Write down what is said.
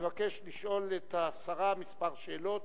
המבקש לשאול את השרה כמה שאלות.